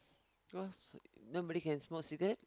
cause nobody can smoke cigarette